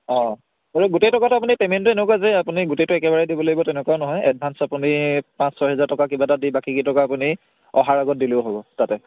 অ' আৰু গোটেই টকাটো আপুনি পে'মেণ্টটো এনেকুৱা যে আপুনি গোটেইটো একেবাৰে দিব লাগিব তেনেকুৱা নহয় এডভান্স আপুনি পাঁচ ছয় হেজাৰ টকা কিবা এটা দি বাকীখিনি টকা আপুনি অহাৰ আগত দিলেও হ'ব তাতে